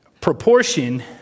proportion